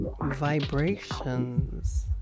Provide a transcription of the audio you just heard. Vibrations